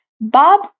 Bob